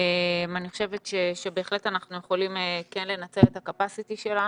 אני חושבת שאנחנו בהחלט כן יכולים לנצל את ה capacityשלנו,